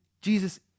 Jesus